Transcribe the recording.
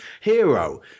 Hero